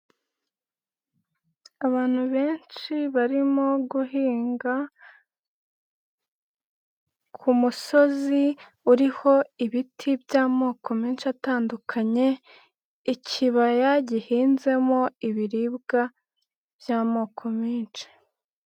Abantu benshi barimo guhinga ku musozi uriho ibiti by'amoko menshi atandukanye, ikibaya gihinzemo ibiribwa by'amoko menshi.